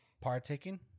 partaking